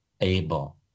able